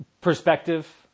perspective